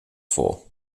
four